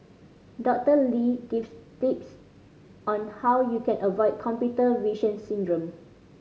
Doctor Lee gives tips on how you can avoid computer vision syndrome